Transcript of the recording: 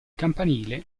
campanile